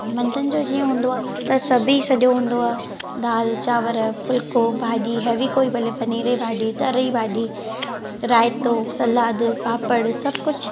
मंझंदि जो जीअं हूंदो आहे त सभु सॼो हूंदो आहे दालि चांवरु फुलिको भाॼी हैवी कोई भले पनीर जी भाॼी तर जी भाॼी रायतो सलाद पापड़ सभु कुझु